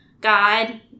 God